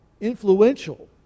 influential